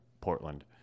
Portland